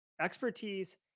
expertise